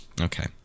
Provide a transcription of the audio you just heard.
Okay